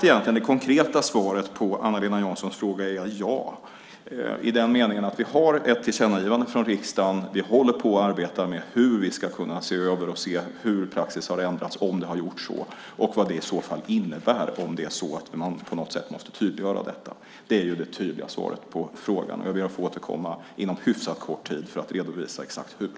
Det konkreta svaret på Eva-Lena Janssons fråga är ja, i den meningen att det finns ett tillkännagivande från riksdagen och vi arbetar med att se hur praxis har ändrats, om det är så, och vad det i så fall innebär, om det måste tydliggöras. Det är det tydliga svaret på frågan. Jag ber att få återkomma inom hyfsat kort tid för att redovisa exakt hur.